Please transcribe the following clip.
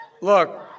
Look